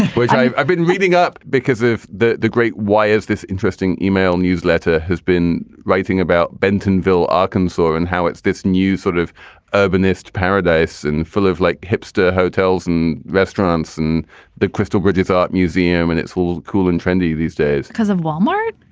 which i've i've been reading up because of the the great. why is this interesting email newsletter who's been writing about bentonville, arkansas, and how it's this new sort of urbanist paradise and foolish like hipster hotels and restaurants and the crystal bridges art museum? and it's all cool and trendy these days because of wal-mart.